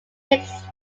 mixed